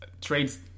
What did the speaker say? trades